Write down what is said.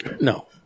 No